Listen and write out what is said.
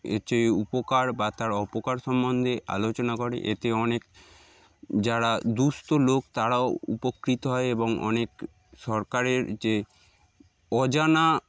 এর যে উপকার বা তার অপকার সম্বন্ধে আলোচনা করে এতে অনেক যারা দুঃস্থ লোক তারাও উপকৃত হয় এবং অনেক সরকারের যে অজানা